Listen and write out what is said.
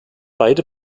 beide